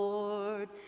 Lord